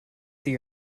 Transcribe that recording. see